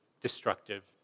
destructive